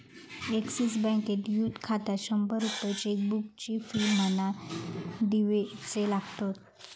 axis बँकेत youth खात्यात शंभर रुपये चेकबुकची फी म्हणान दिवचे लागतत